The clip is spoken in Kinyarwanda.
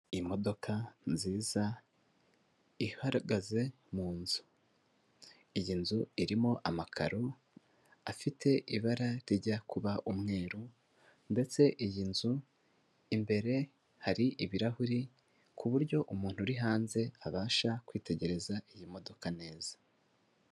Imodoka nziza ihagaze mu nzu, iyi nzu irimo amakaro, afite ibara rijya kuba umweru ndetse iyi nzu imbere hari ibirahuri ku buryo umuntu uri hanze; abasha kwitegereza iyi modoka neza.